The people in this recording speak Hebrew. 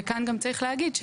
וכאן צריך להגיד.